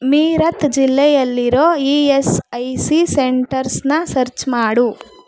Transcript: ಮೀರತ್ ಜಿಲ್ಲೆಯಲ್ಲಿರೊ E S I C ಸೆಂಟರ್ಸನ್ನ search ಮಾಡು